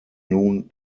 nun